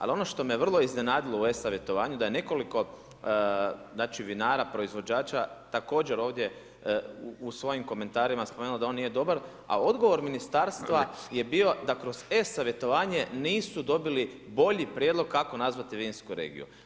Ali ono što me vrlo iznenadilo u e-savjetovanju da je nekoliko znači, vinara, proizvođača također ovdje u svojim komentarima spomenulo da on nije dobar, a odgovor ministarstva je bio da kroz e-savjetovanje nisu dobili bolji prijedlog kako nazvati vinsku regiju.